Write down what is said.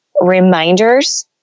reminders